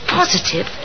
positive